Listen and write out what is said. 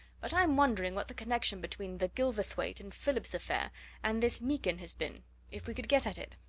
but i'm wondering what the connection between the gilverthwaite and phillips affair and this meekin has been if we could get at it?